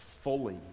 fully